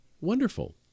Wonderful